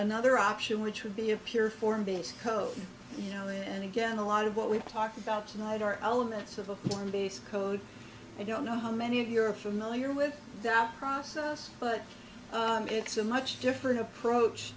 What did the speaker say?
another option which would be a pure form based code you know and again a lot of what we've talked about tonight are elements of a base code i don't know how many of your are familiar with that process but it's a much different approach